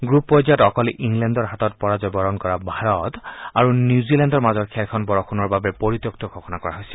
group পৰ্যায়ত অকল ইংলেণ্ডৰ হাতত পৰাজয়বৰণ কৰা ভাৰত আৰু নিউজিলেণ্ডৰ মাজৰ খেলখন বৰষূণৰ বাবে পৰিত্যক্ত ঘোষণা কৰা হৈছিল